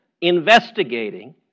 investigating